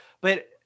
but-